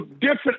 different